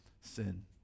sin